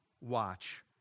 watch